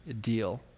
deal